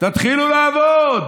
תתחילו לעבוד.